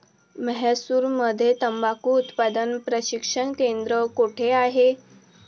म्हैसूरमध्ये तंबाखू उत्पादन प्रशिक्षण केंद्र कोठे आहे?